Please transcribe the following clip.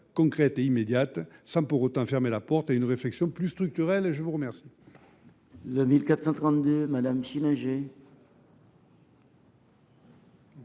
concrète et immédiate, sans pour autant fermer la porte à une réflexion plus structurelle. L’amendement